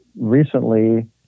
recently